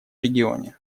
регионе